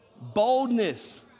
boldness